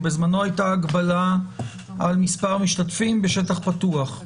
בזמנו הייתה הגבלה על מספר המשתתפים בשטח פתוח,